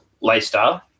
lifestyle